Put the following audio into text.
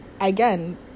again